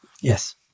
Yes